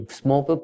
small